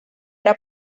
era